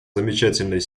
замечательной